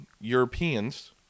Europeans